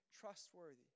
trustworthy